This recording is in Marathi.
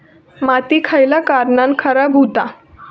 माती खयल्या कारणान खराब हुता?